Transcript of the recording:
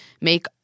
make